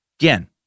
Again